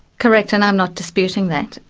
correct, and i'm not disputing that.